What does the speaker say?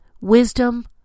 wisdom